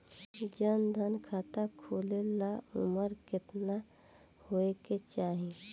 जन धन खाता खोले ला उमर केतना होए के चाही?